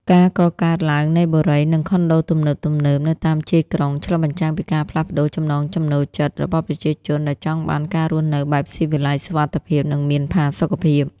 ការកកើតឡើងនៃបុរី និងខុនដូទំនើបៗនៅតាមជាយក្រុង ឆ្លុះបញ្ចាំងពីការផ្លាស់ប្តូរចំណង់ចំណូលចិត្តរបស់ប្រជាជនដែលចង់បានការរស់នៅបែបស៊ីវិល័យ សុវត្ថិភាព និងមានផាសុកភាព។